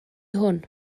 hwn